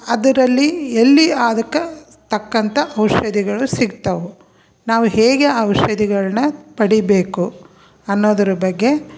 ಅದರಲ್ಲಿ ಎಲ್ಲಿ ಆದಕ್ಕೆ ತಕ್ಕಂಥ ಔಷಧಿಗಳು ಸಿಕ್ತವೆ ನಾವು ಹೇಗೆ ಆ ಔಷಧಿಗಳನ್ನ ಪಡೀಬೇಕು ಅನ್ನೋದ್ರ ಬಗ್ಗೆ